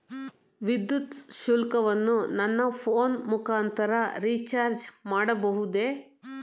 ವಿದ್ಯುತ್ ಶುಲ್ಕವನ್ನು ನನ್ನ ಫೋನ್ ಮುಖಾಂತರ ರಿಚಾರ್ಜ್ ಮಾಡಬಹುದೇ?